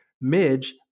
Midge